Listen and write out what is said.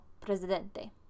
presidente